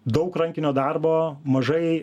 daug rankinio darbo mažai